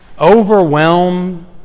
overwhelm